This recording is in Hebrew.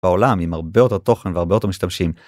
בעולם עם הרבה יותר תוכן והרבה יותר משתמשים.